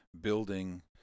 building